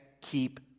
keep